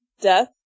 Death